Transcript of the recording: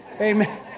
Amen